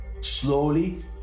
slowly